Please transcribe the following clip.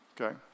Okay